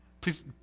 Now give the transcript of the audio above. Please